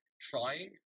trying